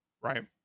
Right